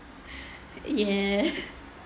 ya